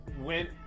went